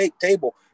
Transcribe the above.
table